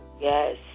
Yes